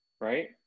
right